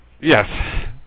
Yes